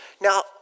Now